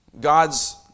God's